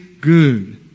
good